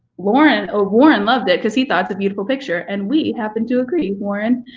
warren ah warren loved it cause he thought it's a beautiful picture, and we happened to agree, warren.